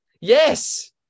Yes